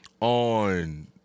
on